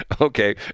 Okay